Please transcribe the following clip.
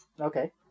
Okay